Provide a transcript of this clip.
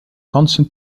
kansen